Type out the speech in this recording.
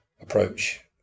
approach